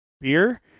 beer